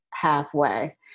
halfway